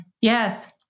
Yes